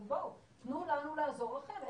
בואו, תנו לנו לעזור לכם.